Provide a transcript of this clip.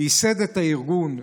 שייסד את הארגון,